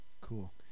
Cool